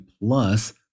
plus